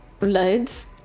loads